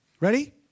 Ready